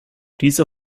dieser